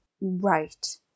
Right